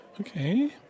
Okay